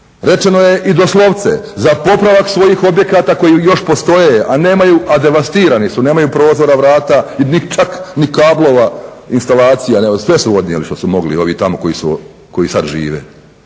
Rečeno je i doslovce za popravak svojih objekata koji još postoje, a nemaju, a devastirani su nemaju prozora, vrata, čak ni kablova, instalacija. Sve su odnijeli što su mogli ovi tamo koji sad žive.